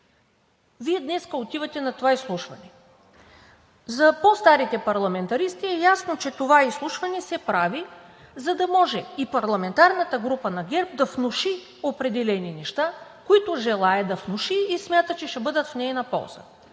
Вие днес отивате на това изслушване? За по-старите парламентаристи е ясно, че това изслушване се прави, за да може и парламентарната група на ГЕРБ да внуши определени неща, които желае да внуши, и смята, че ще бъдат в нейна полза.